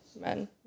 men